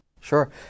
Sure